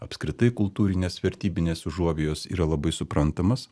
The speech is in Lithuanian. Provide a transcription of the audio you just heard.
apskritai kultūrinės vertybinės užuovėjos yra labai suprantamas